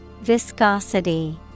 Viscosity